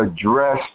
address